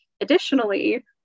Additionally